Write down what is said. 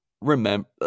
remember